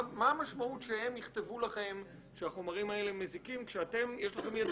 מה המשמעות שהם יכתבו לכם שהחומרים האלה מזיקים כאשר יש לכם ידע